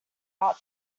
out